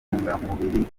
ntungamubiri